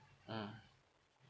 mm